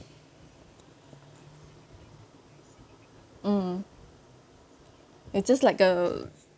mm it's just like uh